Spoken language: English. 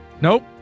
nope